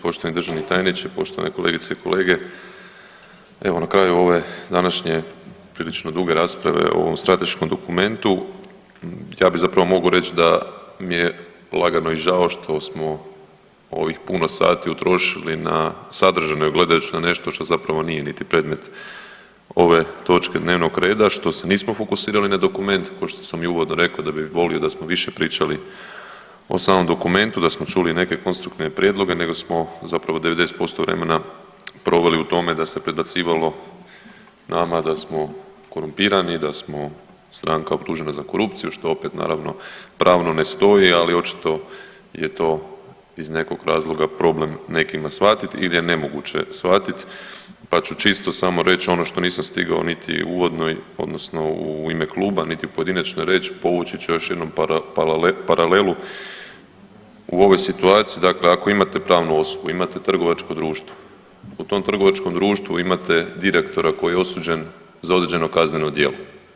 Poštovani državni tajniče, poštovane kolegice i kolege, evo na kraju ove današnje prilično duge rasprave o ovom strateškom dokumentu ja bi zapravo mogao reći da mi je lagano i žao što smo ovih puno sati utrošili na, sadržajno gledajući na nešto što zapravo nije niti predmet ove točke dnevnog reda, što se nismo fokusirali na dokument kao što sam i uvodno rekao da bi volio da smo više pričali o samom dokumentu, da smo čuli neke konstruktivne prijedloge, nego smo zapravo 90% vremena proveli u tome da se prebacivalo nama da smo korumpirani, da smo stranka optužena za korupciju, što opet naravno, pravno ne stoji, ali očito je to iz nekog razloga problem nekima shvatiti ili je nemoguće shvatiti, pa ću čisto samo reći ono što nisam stigao niti u uvodnoj odnosno u ime kluba niti pojedinačno reći, povući ću još jednom paralelu u ovoj situaciji, dakle ako imate pravnu osobu, imate trgovačko društvo, u tom trgovačkom društvu imate direktora koji je osuđen za određeno kazneno djelo.